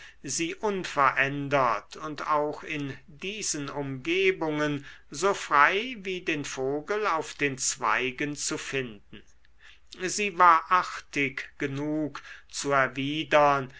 sie unverändert und auch in diesen umgebungen so frei wie den vogel auf den zweigen zu finden sie war artig genug zu erwidern